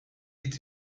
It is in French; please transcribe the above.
est